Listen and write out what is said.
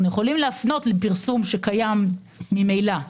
אנחנו יכולים להפנות לפרסום שקיים ממילא.